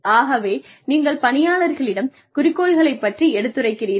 ஆகவே நீங்கள் பணியாளர்களிடம் குறிக்கோள்களைப் பற்றி எடுத்துரைக்கிறீர்கள்